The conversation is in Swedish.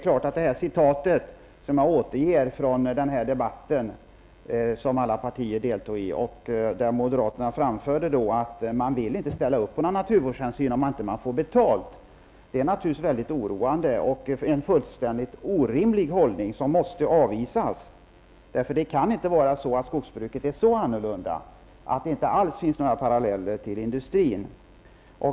Det citat som jag återgav från den debatt, där alla partier deltog och där moderaterna framförde att de inte vill ställa upp på några naturvårdshänsyn, om man inte får betalt, är naturligtvis väldigt oroande och uttryck för en fullständigt orimlig hållning, som måste avvisas. Skogsbruket kan inte vara så annorlunda att det inte alls finns några paralleller till industrin.